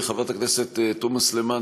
חברת הכנסת תומא סלימאן,